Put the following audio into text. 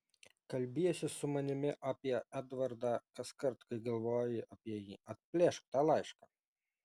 kalbiesi su manimi apie edvardą kaskart kai galvoji apie jį atplėšk tą laišką